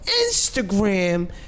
Instagram